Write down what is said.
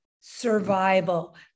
survival